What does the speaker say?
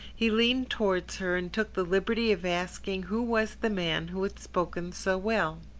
he leaned towards her and took the liberty of asking who was the man who had spoken so well.